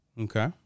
Okay